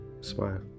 Smile